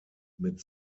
mit